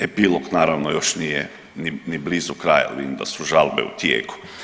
Epilog naravno još nije ni blizu kraja, vidim da su žalbe u tijeku.